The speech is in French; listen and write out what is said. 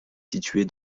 située